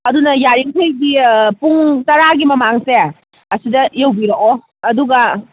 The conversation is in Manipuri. ꯑꯗꯨꯅ ꯌꯥꯔꯤꯝꯈꯩꯗꯤ ꯄꯨꯡ ꯇꯔꯥꯒꯤ ꯃꯃꯥꯡꯁꯦ ꯑꯁꯤꯗ ꯌꯧꯕꯤꯔꯛꯑꯣ ꯑꯗꯨꯒ